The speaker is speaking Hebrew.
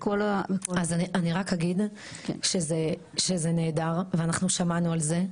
אני רק אגיד שזה נהדר ואנחנו שמענו על זה,